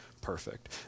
perfect